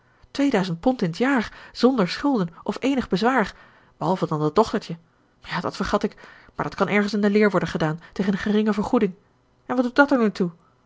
tweeduizend pond in t jaar zonder schulden of eenig bezwaar behalve dan dat dochtertje ja dat vergat ik maar dat kan ergens in de leer worden gedaan tegen een geringe vergoeding en wat doet dàt er nu toe